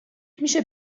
میشه